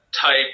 type